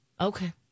Okay